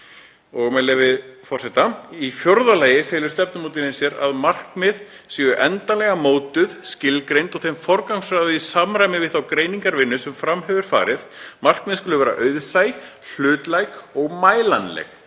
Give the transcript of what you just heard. Með leyfi forseta: „Í fjórða lagi felur stefnumótun í sér að markmið eru endanlega mótuð, skilgreind og þeim forgangsraðað í samræmi við þá greiningarvinnu sem fram hefur farið. Markmið skulu vera auðsæ, hlutlæg og mælanleg.